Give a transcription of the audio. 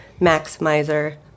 maximizer